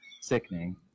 sickening